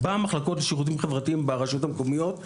במחלקות לשירותים חברתיים ברשויות המקומיות,